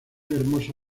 hermoso